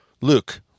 Luke